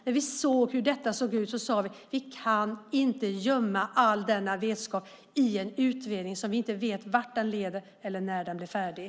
När vi såg hur det såg ut sade vi: Vi kan inte gömma all denna vetskap i en utredning som vi inte vet vart den leder eller när den blir färdig.